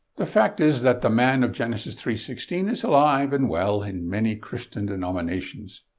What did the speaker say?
the fact is that the man of genesis three sixteen is alive and well in many christian denominations.